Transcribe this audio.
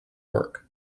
work